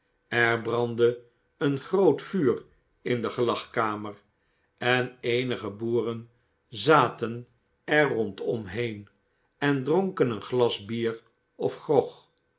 er brandde een groot vuur in de gelagkamer én eenige boeren zaten er rondom heen en dronken een glas bier of grog